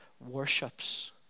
worships